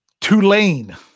Tulane